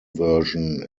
version